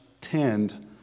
tend